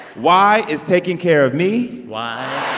why is taking care of me. why